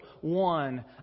one